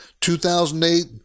2008